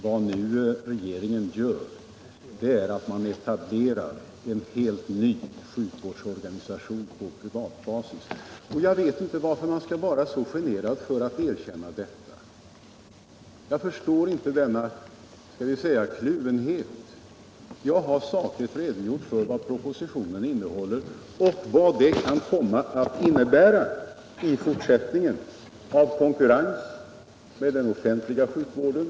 Vad regeringen gör är att etablera en helt ny sjukvårdsorganisation på privat basis. Jag vet inte varför man är så generad att erkänna detta. Jag förstår inte denna kluvenhet. 183 Jag har sakligt redogjort för vad propositionen innehåller, och vad det kan komma att innebära i fortsättningen i fråga om konkurrens med den offentliga sjukvården.